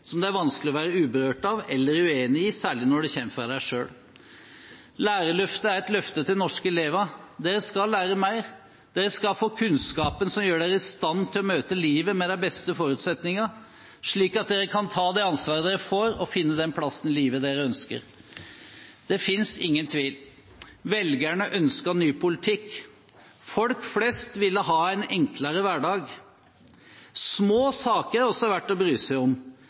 som det er vanskelig å være uberørt av eller uenig i – særlig når det kommer fra dem selv. Lærerløftet er et løfte til norske elever: De skal lære mer, og de skal få kunnskapen som gjør dem i stand til å møte livet med de beste forutsetninger, slik at de kan ta det ansvaret de får og finne den plassen i livet de ønsker. Det finnes ingen tvil: Velgerne ønsket ny politikk. Folk flest ville ha en enklere hverdag. Små saker er også verdt å bry seg om